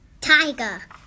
tiger